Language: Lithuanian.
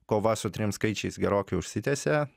kova su trim skaičiais gerokai užsitęsia